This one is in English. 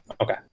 okay